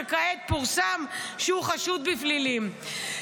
שכעת פורסם שהוא חשוד בפלילים.